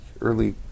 early